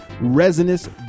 resinous